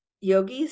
yogis